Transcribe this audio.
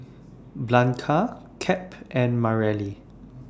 Blanca Cap and Mareli